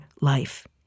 life